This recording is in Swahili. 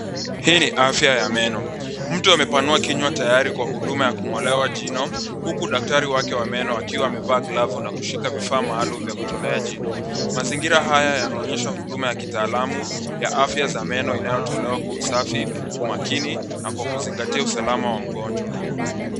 Hii ni afya ya meno, mtu amepanua kinywa tayari kwa huduma ya kung'olewa jino, uku daktari wake wa meno akiwa amevaa glavu na kushika vifaa maalum vya kutolea jino. Mazingira haya yanaonyesha huduma ya kitaalamu ya afya za meno inayotolewa kwa usafi, umakini na kwa kuzingatia usalama wa mgonjwa.